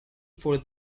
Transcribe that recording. for